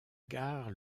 gare